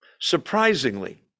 surprisingly